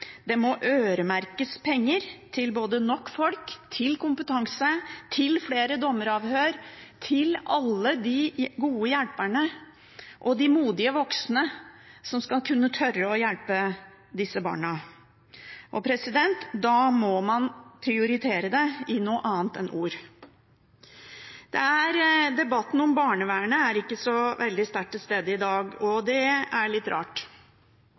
Det må øremerkes penger til nok folk, kompetanse, flere dommeravhør og alle de gode hjelperne og de modige voksne som skal kunne tørre å hjelpe disse barna. Da må man prioritere det i noe annet enn ord. Debatten om barnevernet er ikke så veldig sterkt til stede i dag, og det er litt rart.